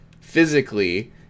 physically